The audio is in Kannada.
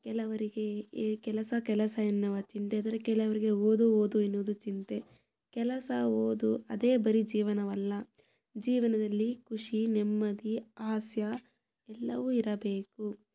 ಕೆಲವರಿಗೆ ಎ ಕೆಲಸ ಕೆಲಸ ಎನ್ನುವ ಚಿಂತೆಯಾದರೆ ಕೆಲವ್ರಿಗೆ ಓದು ಓದು ಎನ್ನುವುದು ಚಿಂತೆ ಕೆಲಸ ಓದು ಅದೇ ಬರಿ ಜೀವನವಲ್ಲ ಜೀವನದಲ್ಲಿ ಖುಷಿ ನೆಮ್ಮದಿ ಹಾಸ್ಯ ಎಲ್ಲವೂ ಇರಬೇಕು